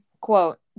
quote